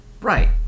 Right